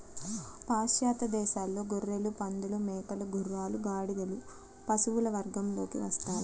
పాశ్చాత్య దేశాలలో గొర్రెలు, పందులు, మేకలు, గుర్రాలు, గాడిదలు పశువుల వర్గంలోకి వస్తాయి